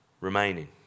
remaining